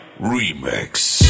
remix